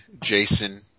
Jason